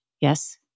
yes